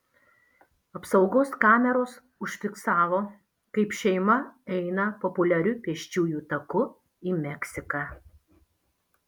apsaugos kameros užfiksavo kaip šeima eina populiariu pėsčiųjų taku į meksiką